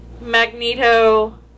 Magneto